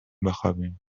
بخوابیم